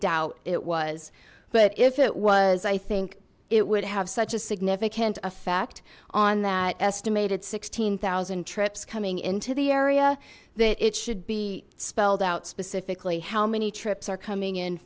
it was but if it was i think it would have such a significant effect on that estimated sixteen zero trips coming into the area that it should be spelled out specifically how many trips are coming in